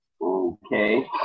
Okay